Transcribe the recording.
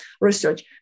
research